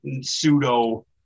pseudo